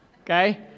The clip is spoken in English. okay